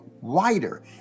wider